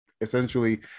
essentially